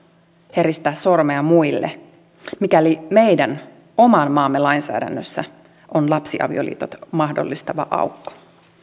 heristää sormea muille mikäli meidän oman maamme lainsäädännössä on lapsiavioliitot mahdollistava aukko